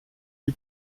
die